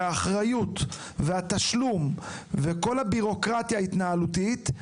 התשלום והבירוקרטיה ההתנהלותית,